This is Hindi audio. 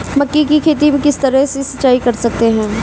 मक्के की खेती में किस तरह सिंचाई कर सकते हैं?